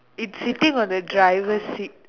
it's siting on the driver seat